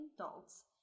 adults